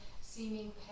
seeming